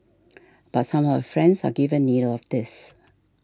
but some of her friends are given neither of these